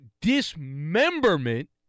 dismemberment